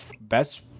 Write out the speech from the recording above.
best